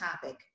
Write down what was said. topic